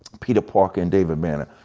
peter parker, and david banner.